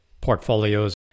portfolios